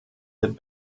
had